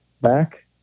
back